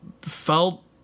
felt